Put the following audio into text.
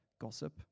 gossip